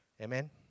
Amen